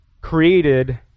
created